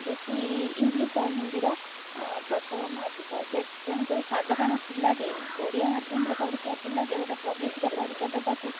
ବେଶୀ ଇଂଲିଶ୍ ଆଉ ହିନ୍ଦୀର ପ୍ରଚଳନ ଅଧିକା ତେଣୁକରି ସଧାରଣ ପିଲାଟେ ଓଡ଼ିଆ ମାଧ୍ୟମରେ ପଢ଼ୁଥିବା ପିଲାଟେ ଗୋଟେ ପ୍ରବେଶିକା ପରୀକ୍ଷା ଦେବାକୁ